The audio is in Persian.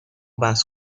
بحث